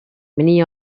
many